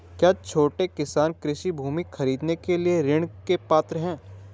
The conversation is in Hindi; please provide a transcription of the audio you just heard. क्या छोटे किसान कृषि भूमि खरीदने के लिए ऋण के पात्र हैं?